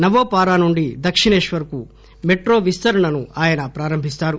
నవో పారా నుండి దక్షిణేశ్వర్ కు మెట్రో విస్తరణ ను ఆయన ప్రారంభిస్తారు